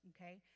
okay